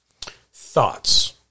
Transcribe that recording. Thoughts